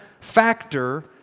factor